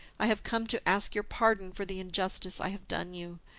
i have come to ask your pardon for the injustice i have done you,